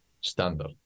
standard